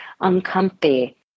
uncomfy